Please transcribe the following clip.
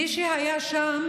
מי שהיה שם